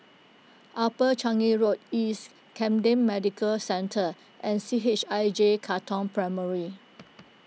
Upper Changi Road East Camden Medical Centre and C H I J Katong Primary